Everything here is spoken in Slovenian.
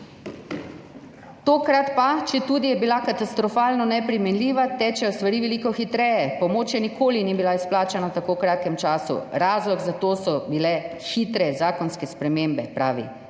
Tokrat pa, četudi je bila katastrofa neprimerljiva, tečejo stvari veliko hitreje. Pomoč še nikoli ni bila izplačana v tako kratkem času, razlog za to so bile hitre zakonske spremembe, pravi.